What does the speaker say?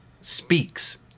speaks